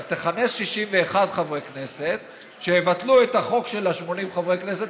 אז תכנס 61 חברי כנסת שיבטלו את החוק של 80 חברי הכנסת.